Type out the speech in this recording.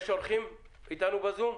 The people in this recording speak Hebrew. יש אורחים איתנו בזום?